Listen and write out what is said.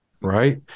right